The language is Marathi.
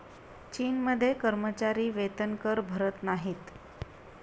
चीनमध्ये कर्मचारी वेतनकर भरत नाहीत